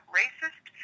racist